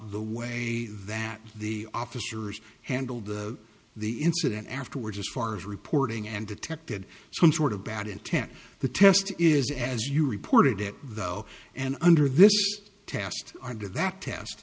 the way that the officers handled the incident afterwards as far as reporting and detected some sort of bad intent the test is as you reported it though and under this test are did that test